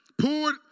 poured